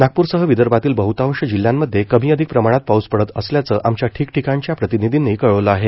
नागपूर सह विदर्भातील बहतांश जिल्ह्यांमध्ये कमी अधिक प्रमाणात पाऊस पडत असल्याचं आमच्या ठिकठिकाणच्या प्रतिनिधींनी कळवलं आहे